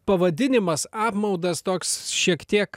pavadinimas apmaudas toks šiek tiek